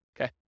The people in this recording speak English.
okay